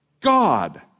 God